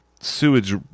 sewage